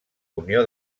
unió